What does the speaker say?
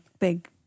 big